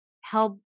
help